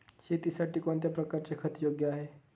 शेतीसाठी कोणत्या प्रकारचे खत योग्य आहे?